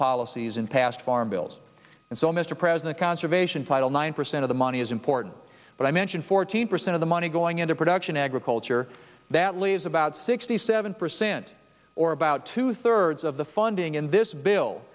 policies in past farm bills and so mr president conservation title nine percent of the money is important but i mention fourteen percent of the money going into production agriculture that leaves about sixty seven percent or about two thirds of the funding in this bill